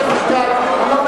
אתה מסכים?